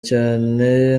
cyane